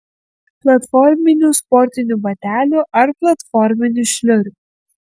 platforminių sportinių batelių ar platforminių šliurių